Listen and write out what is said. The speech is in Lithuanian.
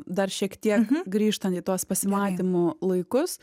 dar šiek tiek grįžtant į tuos pasimatymų laikus